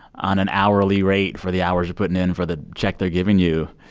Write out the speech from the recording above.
on an hourly rate for the hours you're putting in for the check they're giving you,